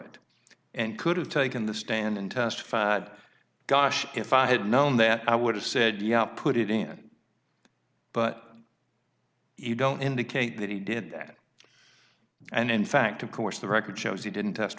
it and could have taken the stand and testified gosh if i had known that i would have said yeah put it in but you don't indicate that he did that and in fact of course the record shows he didn't test